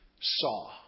saw